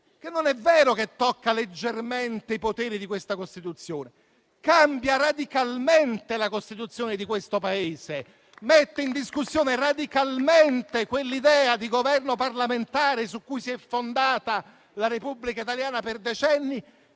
che non è vero che tocca leggermente i poteri di questa Costituzione, ma cambia radicalmente la Costituzione di questo Paese, mettendo in discussione radicalmente quell'idea di Governo parlamentare su cui si è fondata la Repubblica italiana per decenni,